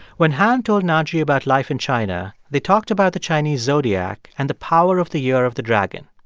when han told naci about life in china, they talked about the chinese zodiac and the power of the year of the dragon.